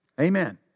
Amen